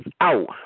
out